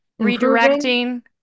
redirecting